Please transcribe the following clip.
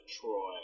Troy